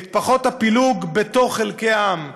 פחות את הפילוג בתוך חלקי העם,